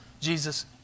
Jesus